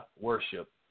worship